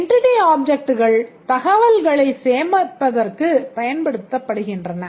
Entity Objects தகவல்களை சேமிப்பதற்கு பயன்படுகின்றன